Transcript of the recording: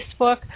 Facebook